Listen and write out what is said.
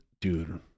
Dude